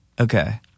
Okay